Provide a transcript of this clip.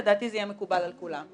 לדעתי, זה יהיה מקובל על כולם.